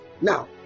Now